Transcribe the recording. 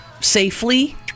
safely